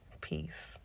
peace